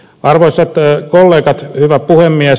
arvoisat kollegat hyvä puhemies